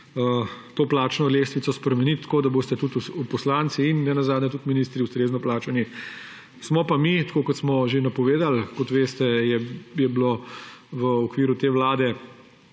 to plačno lestvico spremeniti tako, da boste tudi poslanci in nenazadnje tudi ministri ustrezno plačani. Kot veste, smo že napovedali, je bilo v okviru te vlade